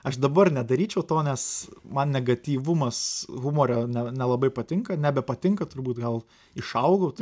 aš dabar nedaryčiau to nes man negatyvumas humore ne nelabai patinka nebepatinka turbūt gal išaugau